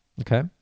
Okay